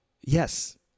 yes